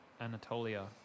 Anatolia